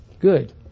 Good